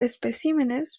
especímenes